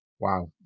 wow